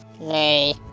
nay